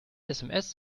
sms